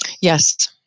Yes